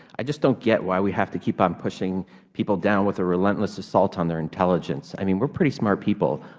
i just don't get why we have to keep on pushing people down with the relentless assaults on their intelligence. i mean, we are pretty smart people.